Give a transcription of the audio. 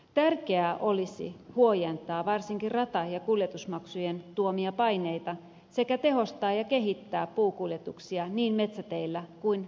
tärkeää olisi huojentaa varsinkin rata ja kuljetusmaksujen tuomia paineita sekä tehostaa ja kehittää puukuljetuksia niin metsäteillä kuin satamissakin